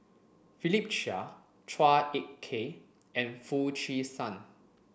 Philip Chia Chua Ek Kay and Foo Chee San